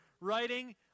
writing